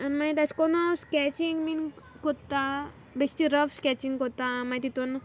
आनी मागीर तेश कोनू हांव स्कॅचींग बी कोत्ता बेस्टी रफ स्कॅचींग कोत्तां मागी तितूंत